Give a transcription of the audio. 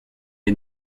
est